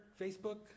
Facebook